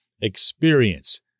experience